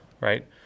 right